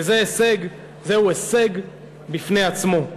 וזהו הישג בפני עצמו.